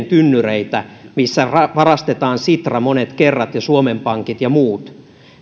tynnyreitä missä varastetaan sitra monet kerrat ja suomen pankit ja muut